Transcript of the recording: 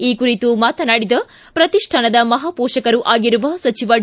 ಈ ಕುರಿತು ಮಾತನಾಡಿದ ಪ್ರತಿಷ್ಠಾನದ ಮಹಾಪೋಷಕರೂ ಆಗಿರುವ ಸಚಿವ ಡಿ